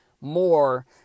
more